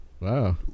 Wow